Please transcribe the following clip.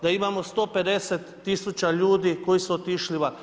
Da imamo 150000 ljudi koji su otišli van.